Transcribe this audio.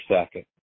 second